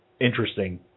interesting